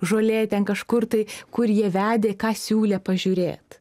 žolė ten kažkur tai kur jie vedė ką siūlė pažiūrėt